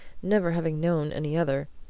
never having known any other,